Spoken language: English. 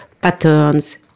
patterns